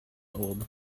old